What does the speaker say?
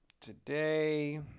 Today